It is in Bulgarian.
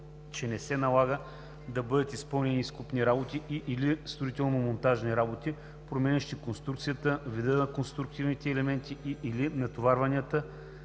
че не се налага да бъдат изпълнени изкопни работи и/или строително-монтажни работи, променящи конструкцията, вида на конструктивните елементи и/или натоварвания